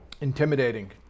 intimidating